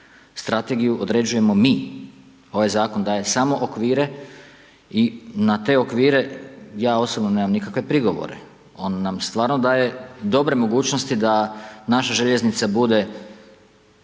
strategiju određujemo mi, ovaj Zakon daje samo okvire i na te okvire ja osobno nemam nikakve prigovore. On nam stvarno daje dobre mogućnosti da naše željeznice budu